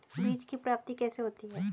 बीज की प्राप्ति कैसे होती है?